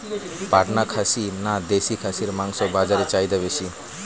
পাটনা খাসি না দেশী খাসির মাংস বাজারে চাহিদা বেশি?